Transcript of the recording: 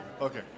Okay